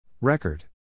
Record